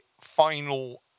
final